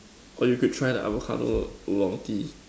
or you could try the avocado oolong Tea